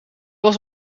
was